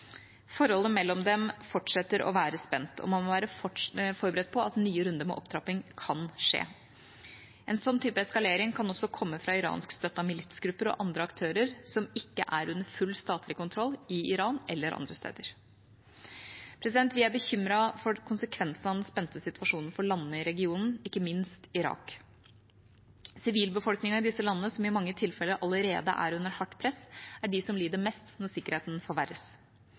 Forholdet mellom dem fortsetter å være spent, og man må være forberedt på at nye runder med opptrapping kan skje. En sånn type eskalering kan også komme fra iranskstøttede militsgrupper og andre aktører som ikke er under full statlig kontroll – i Iran eller andre steder. Vi er bekymret for konsekvensene av den spente situasjonen for landene i regionen, ikke minst Irak. Sivilbefolkningen i disse landene, som i mange tilfeller allerede er under hardt press, er de som lider mest når sikkerheten forverres.